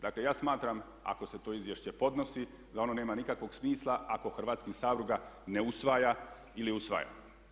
Dakle ja smatram ako se to izvješće podnosi da ono nema nikakvog smisla ako Hrvatski sabor ga ne usvaja ili usvaja.